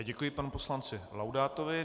Děkuji panu poslanci Laudátovi.